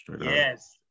yes